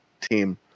team